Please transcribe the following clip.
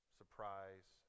surprise